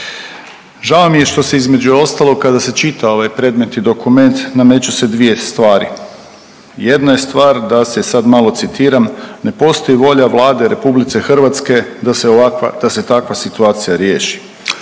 Žao mi je što se između ostalog kada se čita ovaj predmetni dokument nameću se dvije stvari. Jedna je stvar da se sad malo citiram ne postoji volja Vlade RH da se ovakva, da se takva situacija riješi.